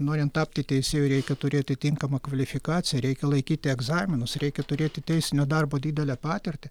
norint tapti teisėju reikia turėti tinkamą kvalifikaciją reikia laikyti egzaminus reikia turėti teisinio darbo didelę patirtį